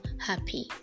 happy